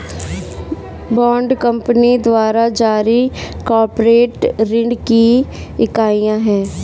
bond company द्वारा जारी corporate ऋण की इकाइयां हैं